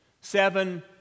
Seven